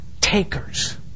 takers